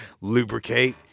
lubricate